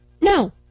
No